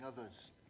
others